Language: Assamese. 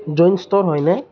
জোন ষ্ট'ৰ হয়নে